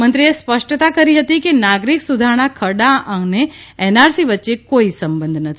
મંત્રીએ સ્પષ્ટતા કરી હતી કે નાગરિક સુધારણા ખરડા અને એનઆરસી વચ્ચે કોઇ સંબંધ નથી